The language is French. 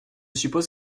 suppose